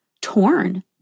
torn